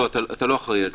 לא, אתה לא אחראי על זה.